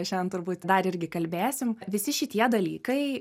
šiandien turbūt dar irgi kalbėsim visi šitie dalykai